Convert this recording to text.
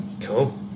Cool